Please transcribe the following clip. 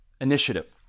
initiative